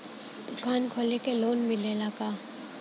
दुकान खोले के लोन मिलेला का?